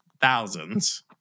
thousands